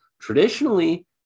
traditionally